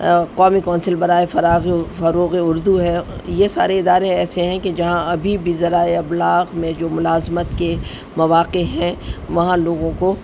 قومی کونسل برائے فراغ فروغ اردو ہے یہ سارے ادارے ایسے ہیں کہ جہاں ابھی بھی ذرائع ابلاغ میں جو ملازمت کے مواقع ہیں وہاں لوگوں کو